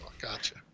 Gotcha